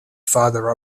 farther